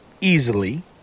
easily